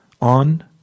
on